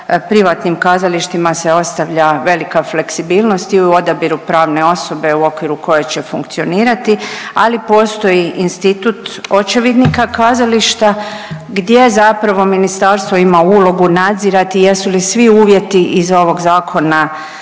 privatnim kazalištima se ostavlja velika fleksibilnost i u odabiru pravne osobe u okviru koje će funkcionirati, ali postoji institut očevidnika kazališta gdje zapravo Ministarstvo ima ulogu nadzirati jesu li svi uvjeti iz ovog zakona